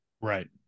Right